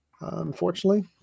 unfortunately